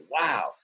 wow